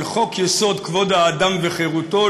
על חוק-יסוד: כבוד האדם וחירותו,